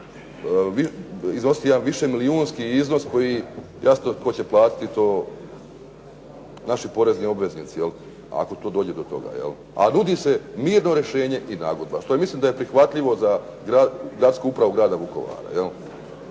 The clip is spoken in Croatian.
zaista jedan višemilijunski iznos koji, jasno tko će platiti, to naši porezni obveznici, je li. Ako tu dođe do toga, je li. A nudi se mirno rješenje i nagodba, što je mislim da je prihvatljivo za gradsku upravu grada Vukovara, je